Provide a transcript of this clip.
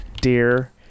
Dear